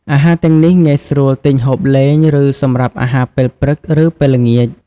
អាហារទាំងនេះងាយស្រួលទិញហូបលេង ឬសម្រាប់អាហារពេលព្រឹក ឬ ពេលល្ងាច។